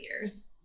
years